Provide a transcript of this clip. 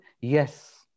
Yes